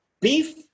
beef